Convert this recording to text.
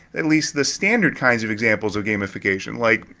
at least the standard kinds of examples of gamification like,